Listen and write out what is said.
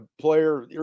player